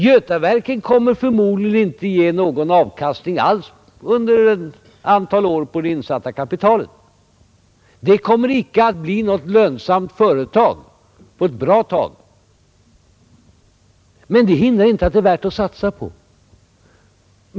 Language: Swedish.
Götaverken kommer förmodligen under ett antal år inte att ge någon avkastning alls på det insatta kapitalet. Det kommer inte att bli något lönsamt företag på ett bra tag. Men det hindrar inte att det är värt att satsa på Götaverken.